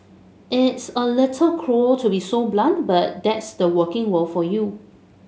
it's a little cruel to be so blunt but that's the working world for you